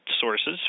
sources